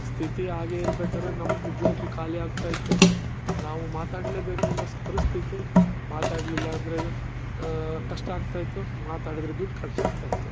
ಸ್ಥಿತಿ ಹಾಗೆ ಇರ್ಬೇಕಾದ್ರೆ ನಮ್ಮದು ಜೇಬು ಖಾಲಿಯಾಗ್ತಾಯಿತ್ತು ನಾವು ಮಾತಾಡಲೇಬೇಕು ಅನ್ನೋ ಸ್ ಪರಿಸ್ಥಿತಿ ಮಾತಾಡಲಿಲ್ಲ ಅಂದರೆ ಕಷ್ಟ ಆಗ್ತಾಯಿತ್ತು ಮಾತಾಡಿದ್ರೆ ದುಡ್ಡು ಖರ್ಚಾಗ್ತಾಯಿತ್ತು